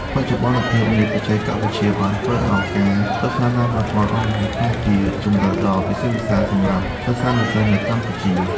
បច្ចុប្បន្នភាពនៃបច្ចេកវិទ្យាបានធ្វើឱ្យការសិក្សាតាមប្រព័ន្ធអនឡាញក្លាយជាជម្រើសដ៏វិសេសវិសាលសម្រាប់សិស្សានុសិស្សនៅកម្ពុជា។